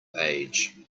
age